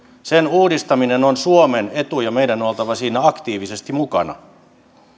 sen uudistaminen on suomen etu ja meidän on oltava siinä aktiivisesti mukana